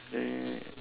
then